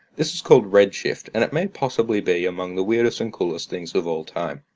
this is called redshift, and it may possibly be among the weirdest and coolest things of all time.